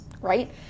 right